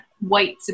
white